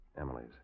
Emily's